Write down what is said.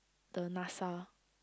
the Nasa